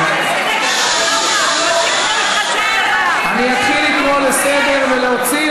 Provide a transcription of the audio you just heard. אני אתחיל לקרוא לסדר ולהוציא,